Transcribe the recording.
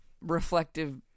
reflective